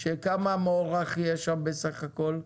כמה מוערך שם בשני המקומות בסך הכול?